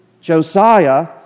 Josiah